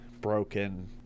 broken